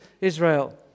Israel